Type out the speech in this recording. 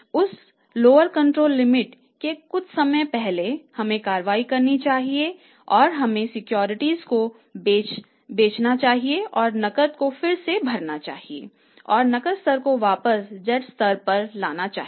तो lower control limit से कुछ समय पहले हमें कार्रवाई करनी चाहिए और हमें सिक्योरिटीज को बेचना चाहिए और नकद को फिर से भरना चाहिए और नकद स्तर को वापस z स्तर पर लाना चाहिए